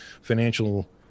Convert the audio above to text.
financial